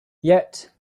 yet